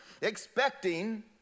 Expecting